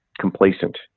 complacent